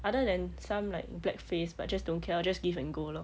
other than some like black face but just don't care lor just give and go lor